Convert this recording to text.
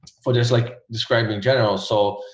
for there's like describing general so